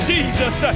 Jesus